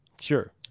sure